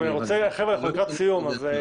אנחנו לקראת סיום הדיון.